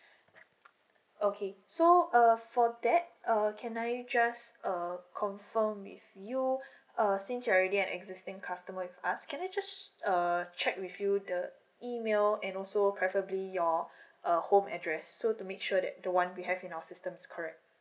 okay so uh for that um can I just um confirm with you so err since you already an existing customer with us can I just uh check with you the email and also preferably your uh home address so to make sure that the one we have in our system is correct